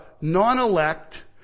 non-elect